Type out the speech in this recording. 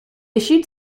issued